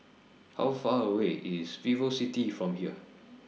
How Far away IS Vivocity from here